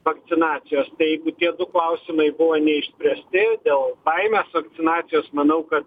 vakcinacijos tai jeigu tie du klausimai buvo neišspręsti dėl baimės vakcinacijos manau kad